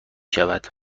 شود